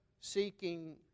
seeking